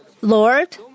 Lord